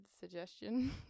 suggestion